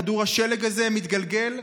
כדור השלג הזה מתגלגל.